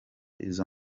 izo